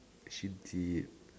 should be